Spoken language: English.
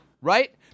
right